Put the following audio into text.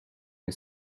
you